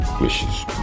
wishes